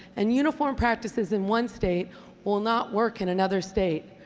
and uniform practices in one state will not work in another state.